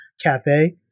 cafe